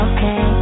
Okay